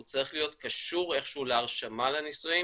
הוא צריך להיות קשור איכשהו להרשמה לנישואים,